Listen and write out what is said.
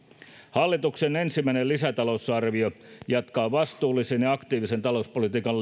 hallituksen ensimmäinen lisätalousarvio jatkaa vastuullisen ja aktiivisen talouspolitiikan